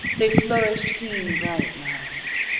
they flourished keen bright knives.